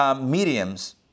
mediums